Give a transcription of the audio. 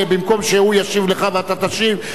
במקום שהוא ישיב לך ואתה תשיב,